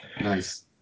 nice